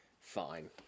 fine